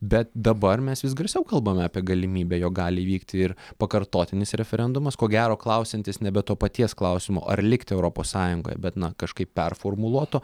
bet dabar mes vis garsiau kalbam apie galimybę jog gali įvykti ir pakartotinis referendumas ko gero klausiantis nebe to paties klausimo ar likti europos sąjungoj bet na kažkaip performuluoto